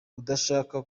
udashaka